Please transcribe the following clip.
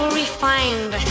refined